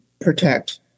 protect